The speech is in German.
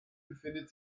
befindet